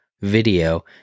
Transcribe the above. video